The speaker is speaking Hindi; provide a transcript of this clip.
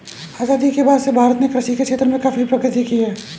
आजादी के बाद से भारत ने कृषि के क्षेत्र में काफी प्रगति की है